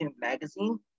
magazine